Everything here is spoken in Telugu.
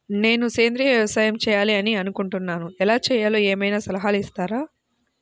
నేను సేంద్రియ వ్యవసాయం చేయాలి అని అనుకుంటున్నాను, ఎలా చేయాలో ఏమయినా సలహాలు ఇస్తారా?